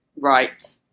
right